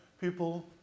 people